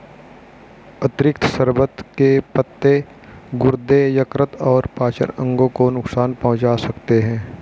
अतिरिक्त शर्बत के पत्ते गुर्दे, यकृत और पाचन अंगों को नुकसान पहुंचा सकते हैं